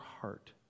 heart